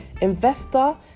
investor